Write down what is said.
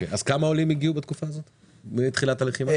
אז כמה עולים הגיעו בתקופה הזאת, מתחילת הלחימה?